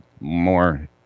more